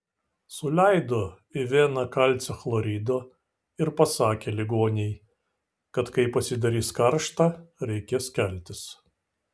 suleido į veną kalcio chlorido ir pasakė ligonei kad kai pasidarys karšta reikės keltis